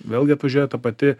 vėlgi atvažiuoja ta pati